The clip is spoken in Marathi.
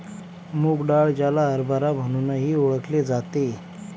मूग डाळ, ज्याला हरभरा म्हणूनही ओळखले जाते